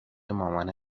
مامانه